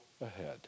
ahead